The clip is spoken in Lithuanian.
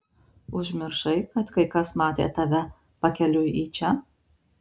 užmiršai kad kai kas matė tave pakeliui į čia